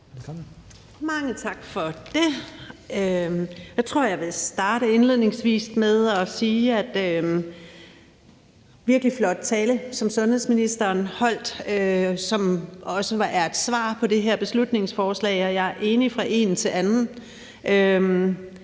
Mange tak for det. Jeg tror, jeg vil starte indledningsvis med at sige, at det var en virkelig flot tale, som sundhedsministeren holdt, og som også er et svar på det her beslutningsforslag. Jeg er enig fra ende til anden,